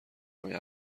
همین